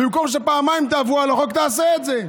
במקום שפעמיים תעברו על החוק, תעשה את זה.